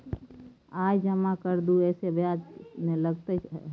आय जमा कर दू ऐसे ब्याज ने लगतै है?